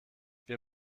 wir